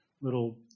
little